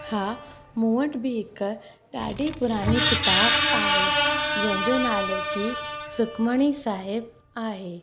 हा मूं वटि बि हिक ॾाढी पुराणी किताबु आहे जंहिंजो नालो की सुखमणी साहिब आहे